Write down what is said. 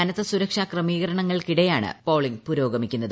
കനത്ത സുരക്ഷാ ക്രമീകരണങ്ങൾക്കിടെയാണ് പോളിംഗ് പുരോഗമിക്കുന്നത്